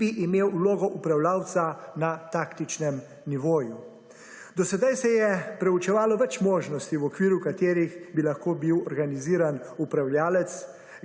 ki bi imel vlogo upravljavca na taktičnem nivoju. Do sedaj se je proučevalo več možnosti v okviru katerih bi lahko bil organiziran upravljalec,